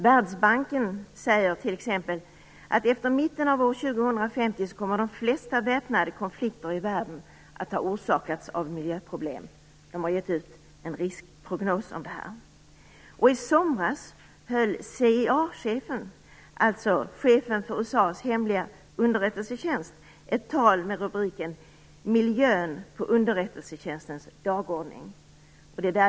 Världsbanken säger t.ex. att de flesta väpnade konflikter i världen efter 2050 kommer att ha orsakats av miljöproblem. Den har givit ut en riskprognos om detta. I somras höll CIA-chefen, alltså chefen för USA:s hemliga underrättelsetjänst, ett tal med rubriken Miljön på underrättelsetjänstens dagordning.